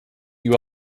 you